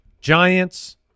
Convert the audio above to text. Giants